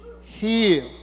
heal